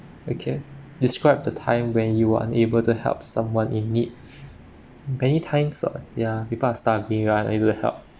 okay describe the time when you were unable to help someone in need many times [what] yeah people are starving you are unable to help